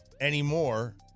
anymore